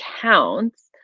counts